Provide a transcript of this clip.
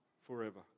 forever